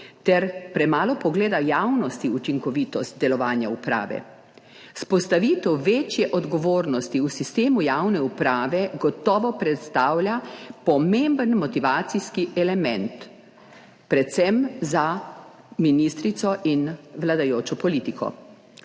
ter premalo vpogleda javnosti v učinkovitost delovanja uprave. Vzpostavitev večje odgovornosti v sistemu javne uprave gotovo predstavlja pomemben motivacijski element predvsem za ministrico in vladajočo politiko.